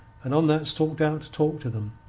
and on that stalked out to talk to them,